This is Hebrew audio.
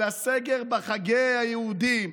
אלא סגר בחגי היהודים.